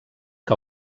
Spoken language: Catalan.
que